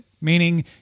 meaning